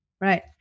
Right